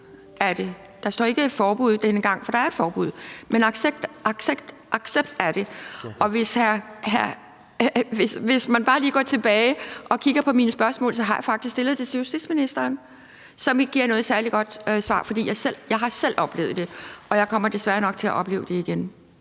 denne gang ikke »forbud«, for der er et forbud – der står »accept«. Og hvis man bare lige går tilbage og kigger på mine spørgsmål, så vil man også se, at jeg faktisk har stillet et spørgsmål til justitsministeren, som ikke giver noget særlig godt svar. For jeg har selv oplevet det, og jeg kommer desværre nok til at opleve det igen.